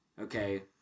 okay